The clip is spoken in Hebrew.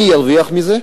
מי ירוויח מזה?